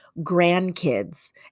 grandkids